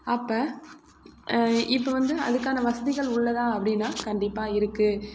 அப்போ இப்போ வந்து அதுக்கான வசதிகள் உள்ளதா அப்படின்னா கண்டிப்பாக இருக்குது